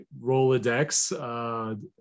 Rolodex